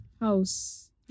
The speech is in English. house